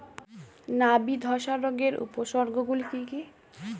নাবি ধসা রোগের উপসর্গগুলি কি কি?